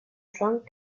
drunk